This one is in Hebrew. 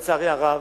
לצערי הרב,